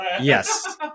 Yes